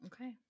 Okay